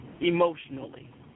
emotionally